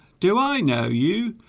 do i know you?